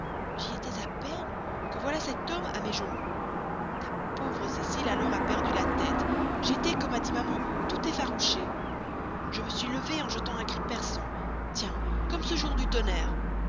j'y étais à peine que voilà cet homme à mes genoux ta pauvre cécile alors a perdu la tête j'étais comme dit maman tout effarouchée je me suis levée en jetant un cri perçant tiens comme ce jour du tonnerre